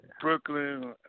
Brooklyn